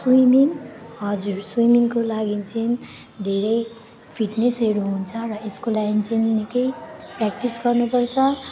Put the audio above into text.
swimming हजुर स्विमिङको लागि चाहिँ धेरै फिट्नेसहरू हुन्छ र यसको लागि चाहिँ नि निकै प्र्याक्टिस गर्नुपर्छ